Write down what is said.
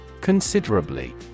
Considerably